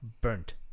burnt